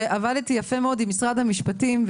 שעבדתי יפה מאוד עם משרד המשפטים,